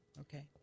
Okay